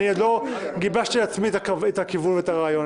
אני עוד לא גיבשתי עם עצמי את הכיוון ואת הרעיון.